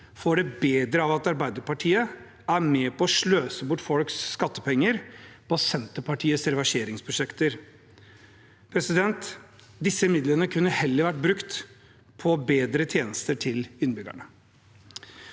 får det bedre av at Arbeiderpartiet er med på å sløse bort folks skattepenger på Senterpartiets reverseringsprosjekter. Disse midlene kunne heller vært brukt på bedre tjenester til innbyggerne.